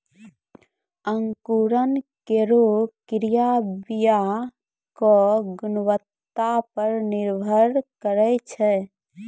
अंकुरन केरो क्रिया बीया क गुणवत्ता पर निर्भर करै छै